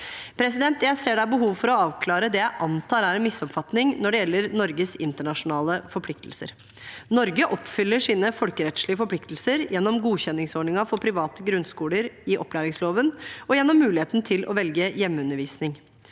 Jeg ser det er behov for å avklare det jeg antar er en misoppfatning når det gjelder Norges internasjonale forpliktelser. Norge oppfyller sine folkerettslige forpliktelser gjennom godkjenningsordningen for private grunnskoler i opplæringsloven og gjennom muligheten til å velge hjemmeundervisning.